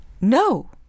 no